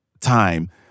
time